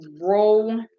roll